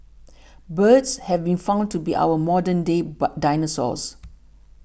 birds have been found to be our modern day but dinosaurs